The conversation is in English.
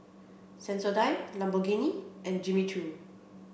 Sensodyne Lamborghini and Jimmy Choo